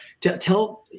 tell